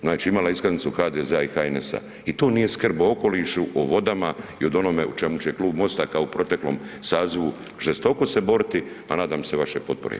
Znači, imala je iskaznicu HDZ-a i HNS-a i to nije skrb o okolišu, o vodama i od onome o čemu će Klub MOST-a kao u proteklom sazivu žestoko se boriti, a nadam se vašoj potpori.